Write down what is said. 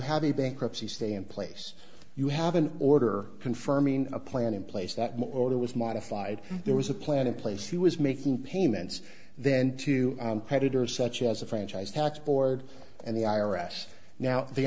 have a bankruptcy stay in place you have an order confirming a plan in place that it was modified there was a plan in place he was making payments then to creditors such as a franchise tax board and the i r s now the